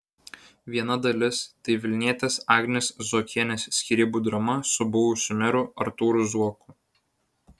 viena dalis tai vilnietės agnės zuokienės skyrybų drama su buvusiu meru artūru zuoku